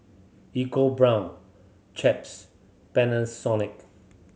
EcoBrown Chaps Panasonic